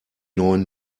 neuen